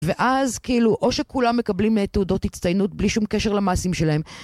ואז כאילו, או שכולם מקבלים תעודות הצטיינות בלי שום קשר למעשים שלהם.